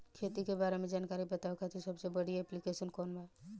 खेती के बारे में जानकारी बतावे खातिर सबसे बढ़िया ऐप्लिकेशन कौन बा?